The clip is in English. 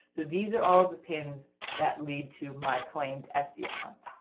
so these are all of the pins that lead to my claimed etsy account.